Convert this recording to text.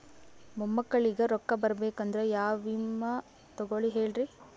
ಮೊಮ್ಮಕ್ಕಳಿಗ ರೊಕ್ಕ ಬರಬೇಕಂದ್ರ ಯಾ ವಿಮಾ ತೊಗೊಳಿ ಹೇಳ್ರಿ?